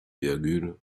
son